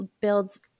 builds